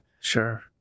Sure